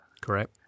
Correct